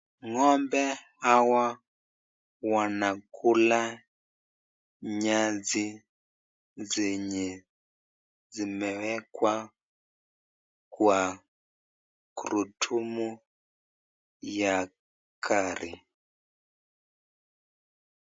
Ng'ombe hawa wanakula nyasi zenye zimewekwa kwa gurudumu ya gari.